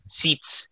seats